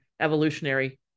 evolutionary